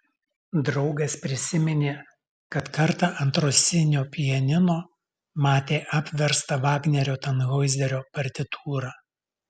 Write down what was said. draugas prisiminė kad kartą ant rosinio pianino matė apverstą vagnerio tanhoizerio partitūrą